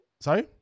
sorry